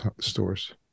stores